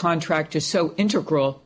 contract is so intergroup